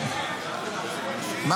לסיים?